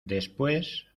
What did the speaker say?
después